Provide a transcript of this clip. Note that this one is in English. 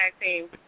team